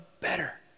better